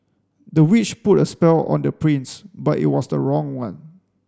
the witch put a spell on the prince but it was the wrong one